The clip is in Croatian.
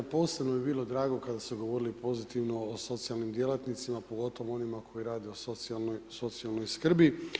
Posebno mi je bilo drago kada su govorili pozitivno o socijalnim djelatnicima, pogotovo o onima koji rade u socijalnoj skrbi.